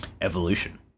evolution